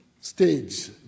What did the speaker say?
stage